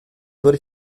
würde